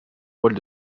rôle